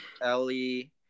Ellie